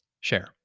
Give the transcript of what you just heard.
share